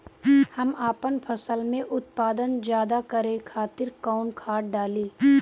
हम आपन फसल में उत्पादन ज्यदा करे खातिर कौन खाद डाली?